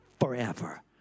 forever